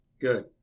Good